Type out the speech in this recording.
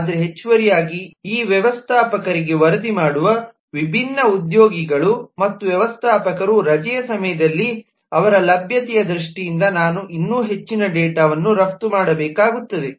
ಆದರೆ ಹೆಚ್ಚುವರಿಯಾಗಿ ಈ ವ್ಯವಸ್ಥಾಪಕರಿಗೆ ವರದಿ ಮಾಡುವ ವಿಭಿನ್ನ ಉದ್ಯೋಗಿಗಳು ಮತ್ತು ವ್ಯವಸ್ಥಾಪಕರ ರಜೆಯ ಸಮಯದಲ್ಲಿ ಅವರ ಲಭ್ಯತೆಯ ದೃಷ್ಟಿಯಿಂದ ನಾನು ಇನ್ನೂ ಹೆಚ್ಚಿನ ಡೇಟಾವನ್ನು ರಫ್ತು ಮಾಡಬೇಕಾಗುತ್ತದೆ